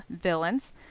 villains